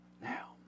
Now